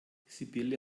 sibylle